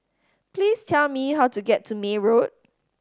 please tell me how to get to May Road